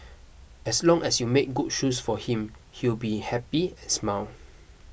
as long as you made good shoes for him he'll be happy and smile